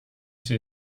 sie